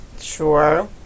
Sure